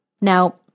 now